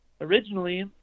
originally